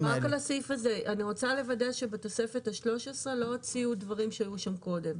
אני רוצה לוודא שבתוספת השלוש עשרה לא הוציאו דברים שהיו שם קודם,